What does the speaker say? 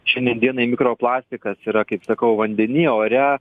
šiandien dienai mikroplastikas yra kaip sakau vandeny ore